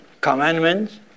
commandments